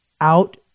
out